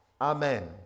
Amen